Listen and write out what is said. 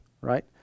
right